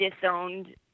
disowned